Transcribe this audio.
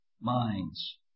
minds